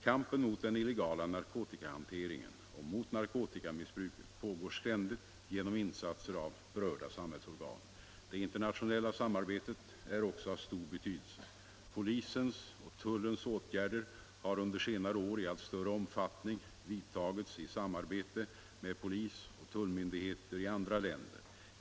Kampen mot den illegala narkotikahanteringen och mot narkotikamissbruket pågår ständigt genom insatser av berörda samhällsorgan. Det internationella samarbetet är också av stor betydelse. Polisens och tullens åtgärder har under senare år i allt större omfattning vidtagits i samarbete med polisoch tullmyndigheter i andra länder.